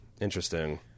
interesting